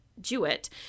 Jewett